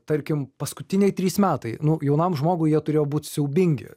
tarkim paskutiniai trys metai nu jaunam žmogui jie turėjo būt siaubingi